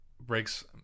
breaks